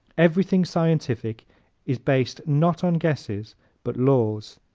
everything scientific is based not on guesses but laws.